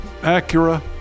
Acura